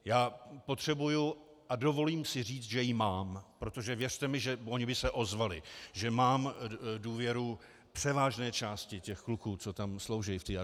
Já potřebuji, a dovolím si říct, že ji mám, protože věřte mi, že oni by se ozvali, že mám důvěru převážné části těch kluků, co slouží v armádě.